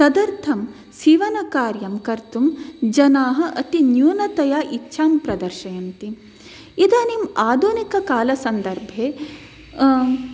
तदर्थं सीवनकार्यं कर्तुं जनाः अति न्यूनतया इच्छां प्रदर्शयन्ति इदानीं आधुनिककालसन्दर्भे